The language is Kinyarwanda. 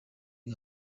iyi